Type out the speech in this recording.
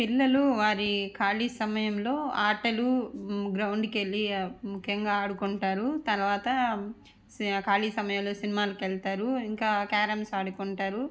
పిల్లలు వారి ఖాళీ సమయంలో ఆటలు గ్రౌండ్కు వెళ్ళి ముఖ్యంగా ఆడుకుంటారు తర్వాత ఖాళీ సమయంలో సినిమాలకి వెళ్తారు ఇంకా క్యారమ్స్ ఆడుకుంటారు